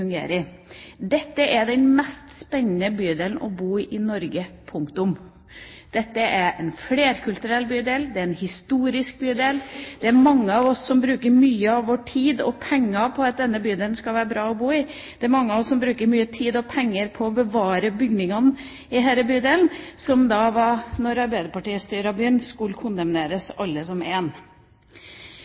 Dette er den mest spennende bydelen å bo i i Norge – punktum. Dette er en flerkulturell bydel, det er en historisk bydel. Det er mange av oss som bruker mye av vår tid og våre penger på at denne bydelen skal være bra å bo i. Det er mange av oss som bruker tid og penger på å bevare bygningene i denne bydelen, som da Arbeiderpartiet styrte byen, skulle kondemneres alle som én. Venstre mener det er fantastisk flott å ha en